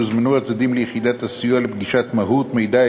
יוזמנו הצדדים ליחידת הסיוע לפגישת מהו"ת מידע,